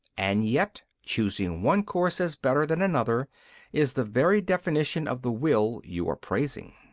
and yet choosing one course as better than another is the very definition of the will you are praising.